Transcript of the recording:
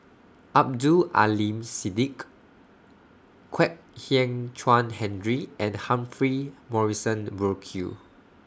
Abdul Aleem Siddique Kwek Hian Chuan Henry and Humphrey Morrison Burkill